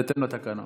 בהתאם לתקנון.